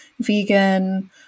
vegan